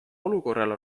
olukorrale